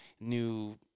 new